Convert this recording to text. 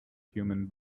human